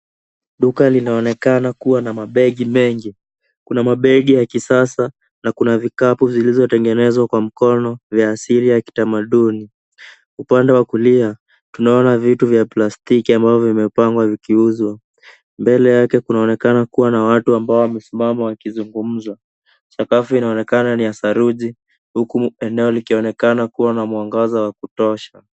Duka linaoneka kuwa na mabegi mengi. Kuna mabegi ya kisasa na kuna vikapu vilivyotengenezwa kwa mkono, vya asili ya kitamaduni. Upande wa kulia, tunaona vitu vya plastiki ambavyo vimepangwa vikiuzwa. Mbele yake kunaonekana kuwa na watu ambao wamesimama wakizungumza. Sakafu inaonekana ni ya saruji huku eneo likionekana kuwa na mwangaza wa kutosha.